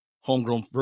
homegrown